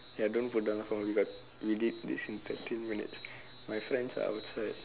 ya don't put down the phone we got we did this in thirteen minutes my friends are outside